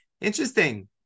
Interesting